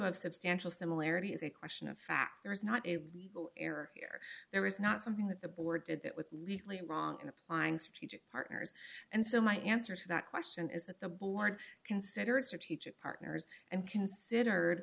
of substantial similarity is a question of fact there is not a legal error here there is not something that the board did that was really wrong in applying strategic partners and so my answer to that question is that the board considered strategic partners and considered